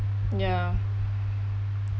ya